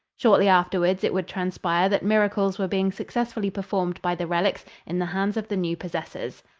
shortly afterwards, it would transpire that miracles were being successfully performed by the relics in the hands of the new possessors.